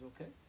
okay